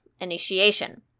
initiation